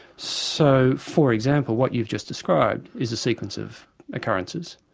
so, for example, what you've just described is a sequence of occurrences,